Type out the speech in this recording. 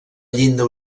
llinda